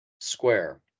square